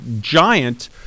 giant